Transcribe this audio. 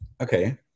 Okay